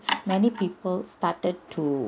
many people started to